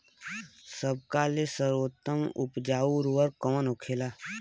सबका ले सर्वोत्तम उपजाऊ उर्वरक कवन होखेला?